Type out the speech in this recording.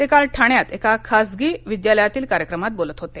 ते काल ठाण्यात एका खाजगी विद्यालयातील कार्यक्रमात बोलत होते